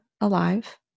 alive